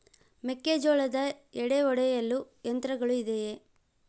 ಮೆಕ್ಕೆಜೋಳದ ಎಡೆ ಒಡೆಯಲು ಯಂತ್ರಗಳು ಇದೆಯೆ?